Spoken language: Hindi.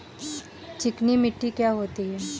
चिकनी मिट्टी क्या होती है?